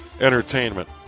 entertainment